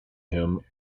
him